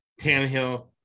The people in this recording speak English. Tannehill